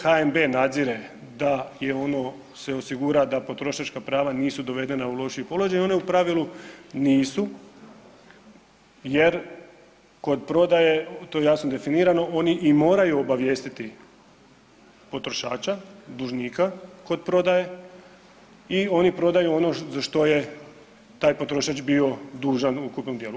HNB nadzire da je ono se osigura da potrošačka prava nisu dovedena u lošiji položaj i ona u pravilu nisu jer kod prodaje to je jasno definirano oni i moraju obavijestiti potrošača, dužnika kod prodaje i oni prodaju za što je taj potrošač bio dužan u ukupnom dijelu.